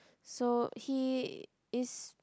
so he is